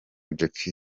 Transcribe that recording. jackie